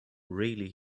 really